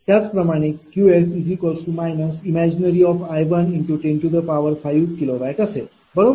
त्याचप्रमाणे Qs ImgI1105kW असेल बरोबर